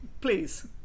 please